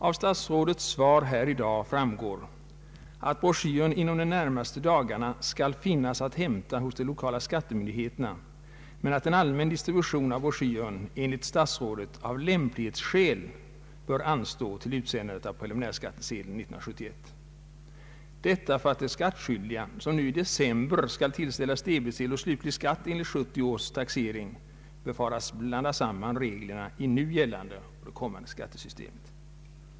Av statsrådets svar här i dag framgår att broschyren inom de närmaste dagarna skall finnas att hämta hos de lokala skattemyndigheterna men att en allmän distribution av broschyren enligt statsrådet av lämplighetsskäl bör anstå till utsändandet av preliminärskattsedeln 1971; detta för att de skattskyldiga som nu i december skall tillställas debetsedel på slutlig skatt enligt 1970 års taxering befaras blanda samman reglerna i nu gällande skattesystem med det kommande.